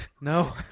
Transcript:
no